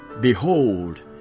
Behold